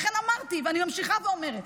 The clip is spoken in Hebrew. לכן אמרתי ואני ממשיכה ואומרת: